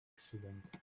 accident